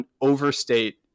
overstate